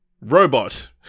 robot